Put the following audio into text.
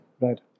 Right